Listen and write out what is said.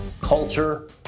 culture